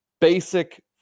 basic